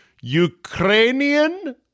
Ukrainian